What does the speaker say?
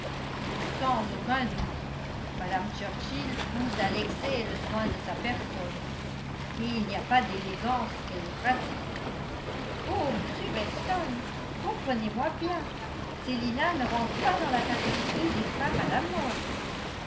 sans aucun doute mme churchill pousse à l'excès le soin de sa personne et il n'y a pas d'élégance qu'elle ne pratique oh m weston comprenez moi bien célina ne rentre pas dans la catégorie des femmes à la mode